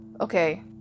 Okay